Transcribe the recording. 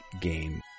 game